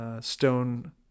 Stone